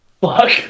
Fuck